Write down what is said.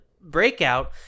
breakout